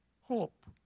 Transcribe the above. Hope